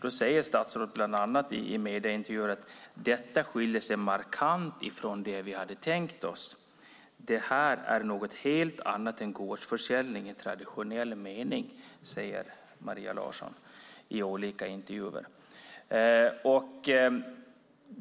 Statsrådet sade bland annat i olika medieintervjuer att detta skiljer sig markant från det regeringen hade tänkt sig och är något helt annat än gårdsförsäljning i traditionell mening.